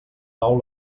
nou